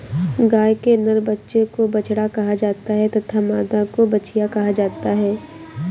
गाय के नर बच्चे को बछड़ा कहा जाता है तथा मादा को बछिया कहा जाता है